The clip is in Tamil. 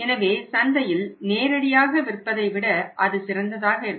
எனவே சந்தையில் நேரடியாக விற்பதை விட அது சிறந்ததாக இருக்கும்